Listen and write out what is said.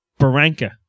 Baranka